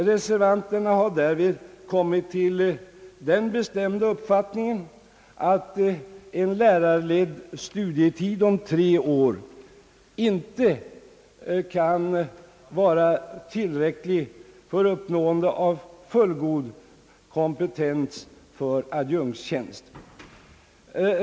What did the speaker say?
Reservanterna har därvid kommit till den bestämda uppfattningen att en lärar ledd studietid om tre år inte kan vara tillräcklig för uppnående av fullgod kompetens för adjunkttjänst.